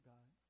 God